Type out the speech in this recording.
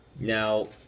Now